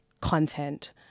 content